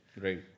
Right